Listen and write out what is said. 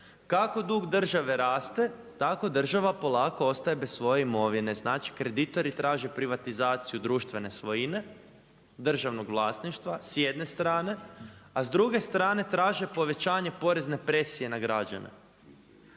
Kako dug države raste, tako država polako ostaje bez svoje imovine. Znači kreditori traže privatizaciju društvene svojine, državnog vlasništva s jedne strane, a s druge strane traže povećanje porezne presije na građane.